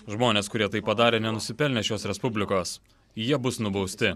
žmonės kurie tai padarė nenusipelnė šios respublikos jie bus nubausti